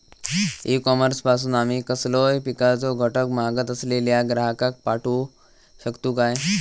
E commerce पासून आमी कसलोय पिकाचो घटक मागत असलेल्या ग्राहकाक पाठउक शकतू काय?